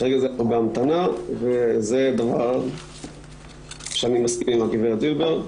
כרגע זה בהמתנה וזה דבר שאני מסכים עם הגברת זילבר.